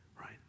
right